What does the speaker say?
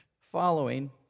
following